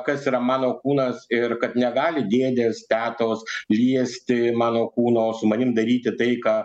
kas yra mano kūnas ir kad negali dėdės tetos liesti mano kūno su manim daryti tai ką